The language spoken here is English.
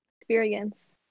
Experience